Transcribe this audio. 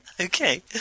Okay